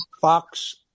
Fox